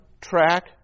track